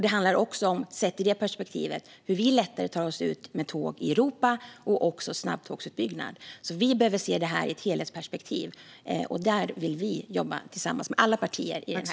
Det handlar också om hur vi lättare tar oss ut med tåg i Europa och även om snabbtågsutbyggnad. Dessa frågor behöver ses i ett helhetsperspektiv, och där vill vi jobba tillsammans med alla partier i kammaren.